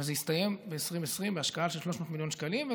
וזה יסתיים ב-2020 בהשקעה של 300 מיליון שקלים.